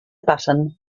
button